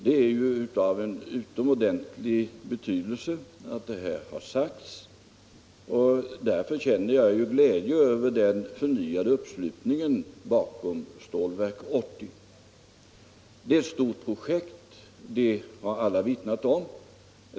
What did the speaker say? Det är av stor betydelse att detta har sagts, och därför känner jag också glädje över den förnyade uppslutningen bakom stålverket. Stålverk 80 är ett stort projekt — det har alla vittnat om.